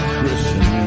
Christian